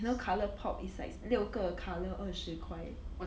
you know Colourpop is like 六个 colour 二十块